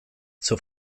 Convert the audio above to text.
zur